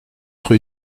rue